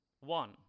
One